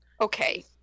Okay